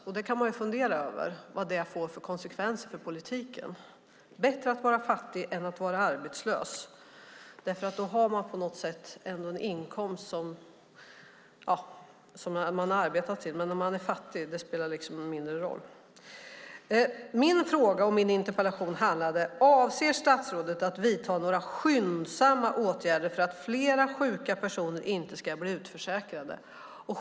Man kan fundera över vad det får för konsekvens för politiken: bättre att vara fattig än att vara arbetslös. Då har man på något sätt ändå en inkomst som man har arbetat till, men om man är fattig spelar det mindre roll. Min fråga i interpellationen var: Avser statsrådet att vidta några skyndsamma åtgärder för att fler sjuka personer inte ska bli utförsäkrade?